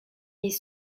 les